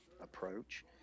approach